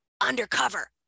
undercover